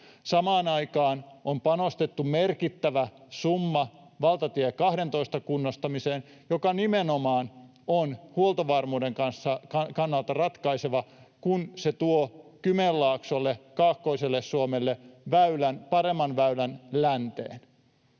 Samaan aikaan on panostettu merkittävä summa valtatie 12:n kunnostamiseen, joka nimenomaan on huoltovarmuuden kannalta ratkaiseva, kun se tuo Kymenlaaksolle ja kaakkoiselle Suomelle paremman väylän länteen.